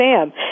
Sam